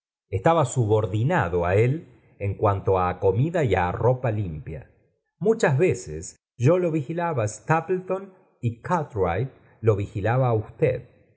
estacha subordinado á él en cuanto á comida y á ropa limpia muchas veces yo lo vigilaba á stapleton y cartwright lo vigilaba á usted